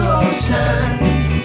oceans